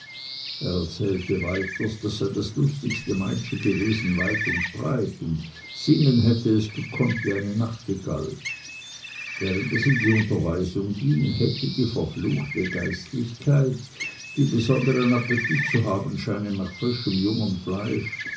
er erzählte weiters das sei das lustigste meitschi gewesen weit und breit und singen hätte es gekonnt wie eine nachtigall während es in die unterweisung ging hätte die verfl geistlichkeit die besondern appetit zu haben scheine nach frischem jungem fleische